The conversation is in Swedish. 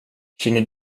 känner